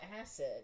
acid